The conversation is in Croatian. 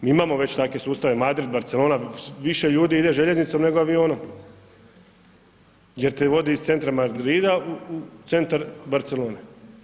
Mi imamo već takve sustave, Madrid, Barcelona, više ljudi ide željeznicom, nego avionom jer te vodi iz centra Madrida u centar Barcelone.